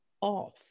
off